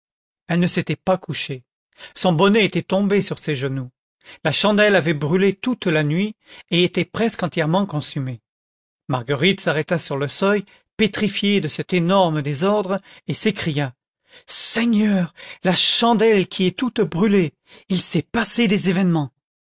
elle ne s'était pas couchée son bonnet était tombé sur ses genoux la chandelle avait brûlé toute la nuit et était presque entièrement consumée marguerite s'arrêta sur le seuil pétrifiée de cet énorme désordre et s'écria seigneur la chandelle qui est toute brûlée il s'est passé des événements